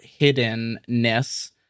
hiddenness